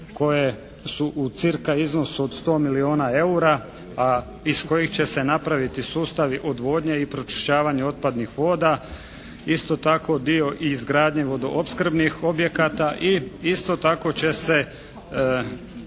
koje su u cca. iznosu od 100 milijuna eura a iz kojih će se napraviti sustavi odvodnje i pročišćavanja otpadnih voda. Isto tako dio i izgradnje vodoopskrbnih objekata i isto tako će se